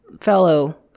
fellow